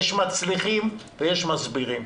יש מצליחים ויש מסבירים.